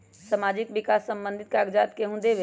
समाजीक विकास संबंधित कागज़ात केहु देबे?